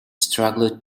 struggled